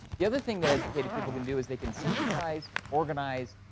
the other thing that educated people can do is they can synthesize, organize,